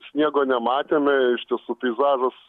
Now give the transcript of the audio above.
sniego nematėme iš tiesų peizažas